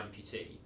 amputee